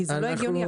כי זה לא הגיוני,